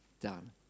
done